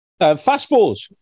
fastballs